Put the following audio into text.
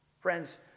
Friends